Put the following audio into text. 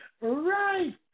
Right